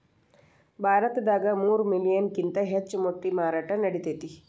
ಭಾರತದಾಗ ಮೂರ ಮಿಲಿಯನ್ ಕಿಂತ ಹೆಚ್ಚ ಮೊಟ್ಟಿ ಮಾರಾಟಾ ನಡಿತೆತಿ